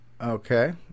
okay